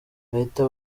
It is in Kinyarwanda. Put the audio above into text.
bahita